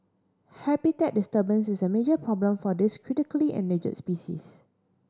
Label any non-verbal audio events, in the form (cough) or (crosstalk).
habitat disturbance is a (unintelligible) problem for this critically (unintelligible) species